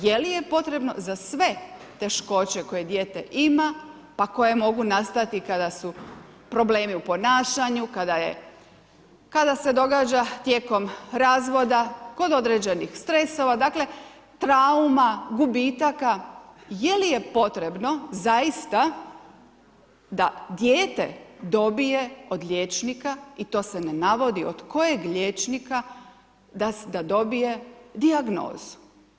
Je li je potrebno za sve teškoće koje dijete ima pa koje mogu nastati kada su problemi u ponašanju, kada se događa tijekom razvoda, kod određenih stresova, dakle trauma gubitaka, dakle je li je potrebno zaista da dijete dobije od liječnika i to se ne navodi od kojeg liječnika, da dobije dijagnozu?